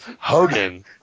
Hogan